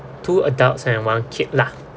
two adults and one kid lah